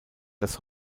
das